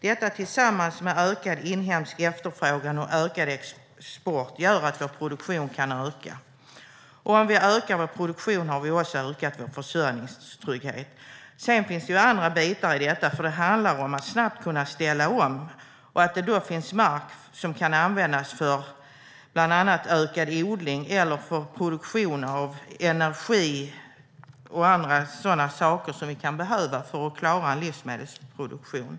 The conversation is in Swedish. Detta tillsammans med ökad inhemsk efterfrågan och ökad export gör att vår produktion kan öka. Om vi ökar vår produktion har vi också ökat vår försörjningstrygghet. Sedan finns det andra bitar i detta. Det handlar också om att kunna ställa om snabbt. Då måste det finnas mark som kan användas för bland annat ökad odling och produktion av energi och andra saker som vi kan behöva för att klara livsmedelsproduktionen.